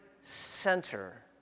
center